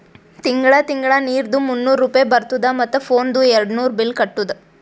ತಿಂಗಳ ತಿಂಗಳಾ ನೀರ್ದು ಮೂನ್ನೂರ್ ರೂಪೆ ಬರ್ತುದ ಮತ್ತ ಫೋನ್ದು ಏರ್ಡ್ನೂರ್ ಬಿಲ್ ಕಟ್ಟುದ